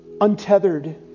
untethered